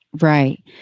right